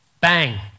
bang